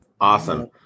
Awesome